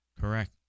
Correct